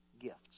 gifts